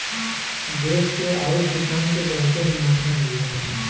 देस के आउर किसान के बहुते मुनाफा मिलला